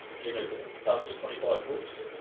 jim has published twenty five books,